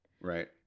Right